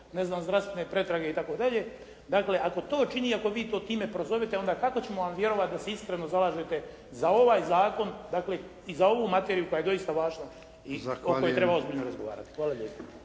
ne znam zdravstvene pretrage itd. Dakle, ako to čini i ako vi to time prozovete, onda kako ćemo vam vjerovati da se iskreno zalažete za ovaj zakon, dakle i za ovu materiju koja je doista važna i o kojoj treba ozbiljno razgovarati. **Jarnjak,